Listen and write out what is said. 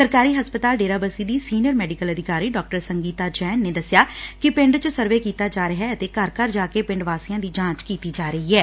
ਸਰਕਾਰੀ ਹਸਪਤਾਲ ਡੇਰਾਬਸੀ ਦੀ ਸੀਨੀਅਰ ਮੈਡੀਕਲ ਅਧਿਕਾਰੀ ਡਾ ਸੰਗੀਤਾ ਜੈਨ ਨੇ ਦੱਸਿਆ ਕਿ ਪਿੰਡ 'ਚ ਸਰਵੇ ਕੀਤਾ ਜਾ ਰਿਹੈ ਅਤੇ ਘਰ ਘਰ ਜਾਕੇ ਪਿੰਡ ਵਾਸੀਆਂ ਦੀ ਜਾਂਚ ਕੀਤੀ ਜਾ ਰਹੀ ਏ